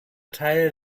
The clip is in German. teil